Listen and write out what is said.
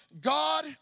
God